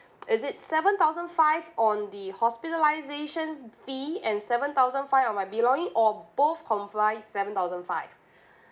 is it seven thousand five on the hospitalization fee and seven thousand five of my belonging or both combined seven thousand five